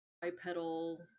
bipedal